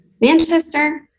Manchester